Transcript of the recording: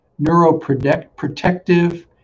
neuroprotective